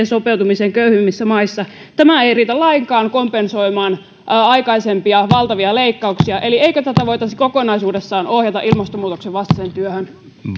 sopeutumiseen köyhimmissä maissa tämä ei riitä lainkaan kompensoimaan aikaisempia valtavia leikkauksia eikö tätä voitaisi kokonaisuudessaan ohjata ilmastonmuutoksen vastaiseen työhön